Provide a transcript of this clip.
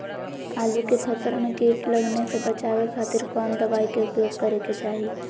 आलू के फसल में कीट लगने से बचावे खातिर कौन दवाई के उपयोग करे के चाही?